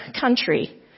country